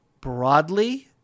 broadly